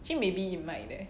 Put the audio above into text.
actually maybe you might leh